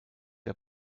der